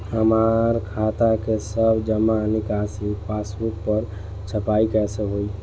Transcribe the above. हमार खाता के सब जमा निकासी पासबुक पर छपाई कैसे होई?